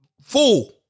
fool